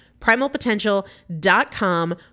Primalpotential.com